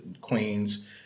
Queens